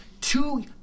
two